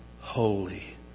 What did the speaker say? holy